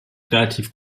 relativ